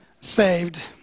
saved